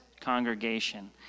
congregation